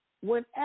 whenever